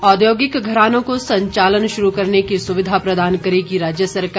औद्योगिक घरानों को संचालन शुरू करने की सुविधा प्रदान करेगी राज्य सरकार